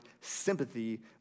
sympathy